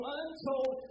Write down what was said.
untold